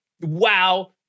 wow